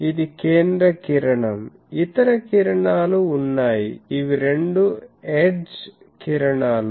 ఇది కేంద్ర కిరణం ఇతర కిరణాలు ఉన్నాయి ఇవి రెండు ఎడ్జ్ కిరణాలు